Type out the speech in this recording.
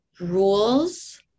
rules